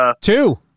Two